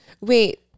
Wait